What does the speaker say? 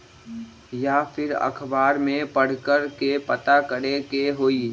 या फिर अखबार में पढ़कर के पता करे के होई?